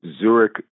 Zurich